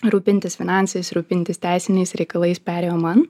rūpintis finansais rūpintis teisiniais reikalais perėjo man